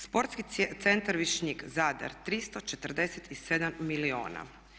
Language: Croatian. Sportski centar Višnjik, Zadar 347 milijuna.